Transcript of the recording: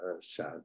sad